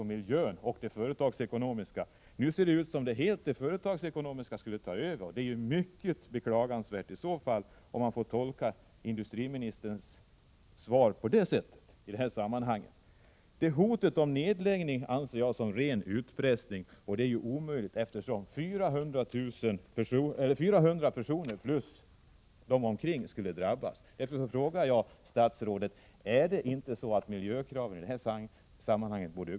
Är regeringen beredd att bidra till att en del av SSAB:s vinst används så att ett nytt reningsfilter i SSAB Domnarvets elektrostålverk installeras och kan tas i drift 1986?